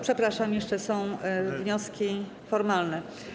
Przepraszam, jeszcze są wnioski formalne.